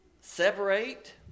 separate